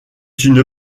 cette